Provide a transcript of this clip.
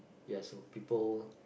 yes so people